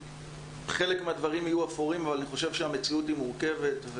חלק מהדברים יהיו אפורים אבל אני חושב שהמציאות היא מורכבת.